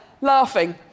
laughing